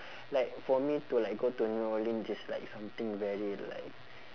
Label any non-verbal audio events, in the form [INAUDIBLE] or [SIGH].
[BREATH] like for me to like go to new orleans it's like something very like